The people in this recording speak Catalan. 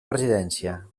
presidència